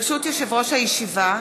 ברשות יושב-ראש הישיבה,